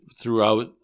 throughout